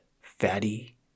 fatty